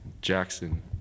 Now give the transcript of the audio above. Jackson